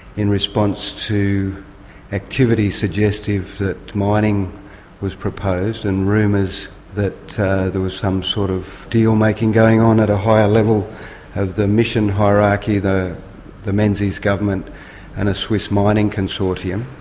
in response to activity suggestive that mining was proposed and rumours that there was some sort of deal-making going on at a higher level of the mission hierarchy, the the menzies government and a swiss mining consortium.